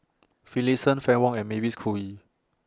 Finlayson Fann Wong and Mavis Khoo Oei